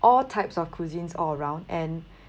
all types of cuisines all around and